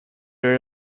there